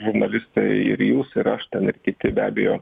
žurnalistai ir jūs ir aš ten ir kiti be abejo